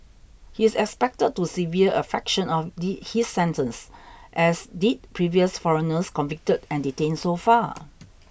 he's expected to serve a fraction of the his sentence as did previous foreigners convicted and detained so far